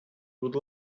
would